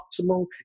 optimal